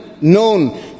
known